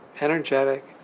energetic